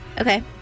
okay